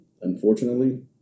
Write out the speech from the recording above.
Unfortunately